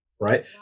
right